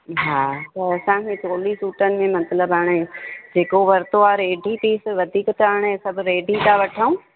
हा त असांखे चोली सूटनि में हाणे मतिलबु हाणे हिकु वरितो आहे रेडी पीस वधीक त हाणे रेडी त वठूं